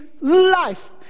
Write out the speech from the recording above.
life